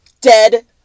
dead